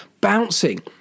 bouncing